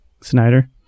Snyder